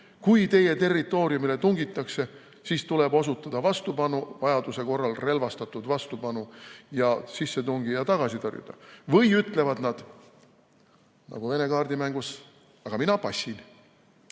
kui teie territooriumile tungitakse, siis tuleb osutada vastupanu, vajaduse korral relvastatud vastupanu ja sissetungija tagasi tõrjuda. Või ütlevad nad nagu vene kaardimängus, et mina passin.